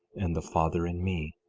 and the father in me,